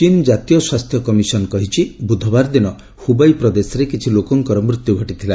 ଚୀନ୍ କାତୀୟ ସ୍ୱାସ୍ଥ୍ୟ କମିଶନ୍ କହିଛି ବୁଧବାର ଦିନ ହୁବେଇ ପ୍ରଦେଶରେ କିଛି ଲୋକଙ୍କର ମୃତ୍ୟୁ ଘଟିଥିଲା